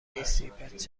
نیستی٬پس